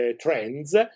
trends